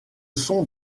sont